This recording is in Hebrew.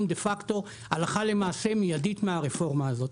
דה פקטו הלכה למעשה ומיידית מהרפורמה הזאת.